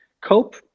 cope